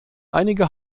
einige